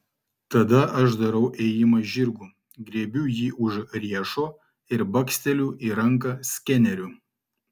tada aš darau ėjimą žirgu griebiu jį už riešo ir baksteliu į ranką skeneriu